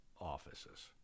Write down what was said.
offices